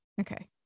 Okay